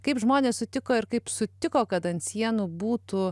kaip žmonės sutiko ir kaip sutiko kad ant sienų būtų